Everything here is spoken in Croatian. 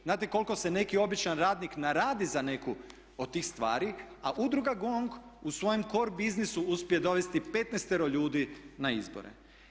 Znate li koliko se neki običan radnik naradi za neku od tih stvari a Udruga GONG u svojem core biznisu uspije dovesti 15-ero ljudi na izbore.